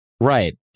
Right